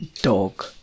dog